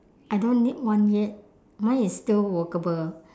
I don't need one yet mine is still workable